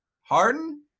Harden